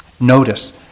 Notice